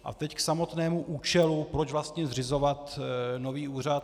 A teď samotnému účelu, proč vlastně zřizovat nový úřad.